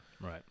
Right